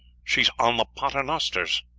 she is on the paternosters.